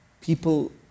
people